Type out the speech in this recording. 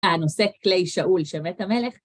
הנושא כלי שאול שמת המלך.